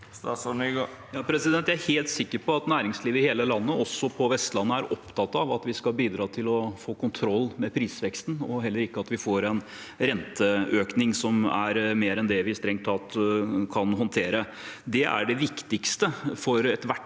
Jeg er helt sik- ker på at næringslivet i hele landet, også på Vestlandet, er opptatt av at vi skal bidra til å få kontroll med prisveksten, og at vi heller ikke får en renteøkning som er mer enn det vi strengt tatt kan håndtere. Det er det viktigste for ethvert